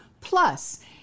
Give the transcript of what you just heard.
plus